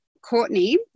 Courtney